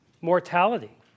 mortality